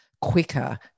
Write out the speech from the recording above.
quicker